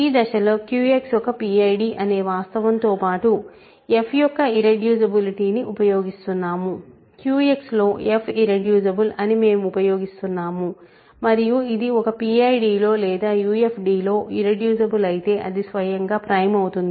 ఈ దశలో QX ఒక PID అనే వాస్తవం తో పాటు f యొక్క ఇర్రెడ్యూసిబులిటీను ఉపయోగిస్తున్నాము QX లో f ఇర్రెడ్యూసిబుల్ అని మేము ఉపయోగిస్తున్నాము మరియు ఇది ఒక PID లో లేదా UFD లో ఇర్రెడ్యూసిబుల్ అయితే అది స్వయంగా ప్రైమ్ అవుతుంది